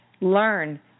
learn